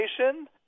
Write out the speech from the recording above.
information